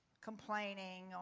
Complaining